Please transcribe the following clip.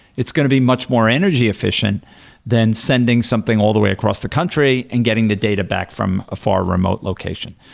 it's going to be much more energy efficient than sending something all the way across the country and getting the data back from a far remote location.